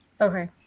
Okay